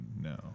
no